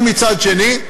ומצד שני,